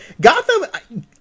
Gotham